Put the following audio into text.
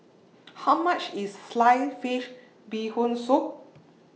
How much IS Sliced Fish Bee Hoon Soup